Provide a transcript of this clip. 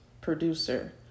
producer